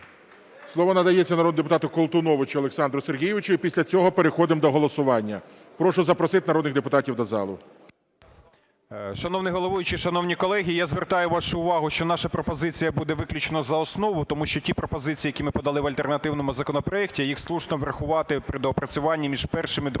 Слово надається народному депутату Колтуновичу Олександру Сергійовичу, і після цього переходимо до голосування. Прошу запросити народних депутатів до зали. 14:40:35 КОЛТУНОВИЧ О.С. Шановний головуючий, шановні колеги! Я звертаю вашу увагу, що наша пропозиція буде виключно за основу, тому що ті пропозиції, які ми подали в альтернативному законопроекті, їх слушно врахувати при доопрацюванні між першим і другим